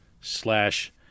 slash